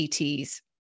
ETs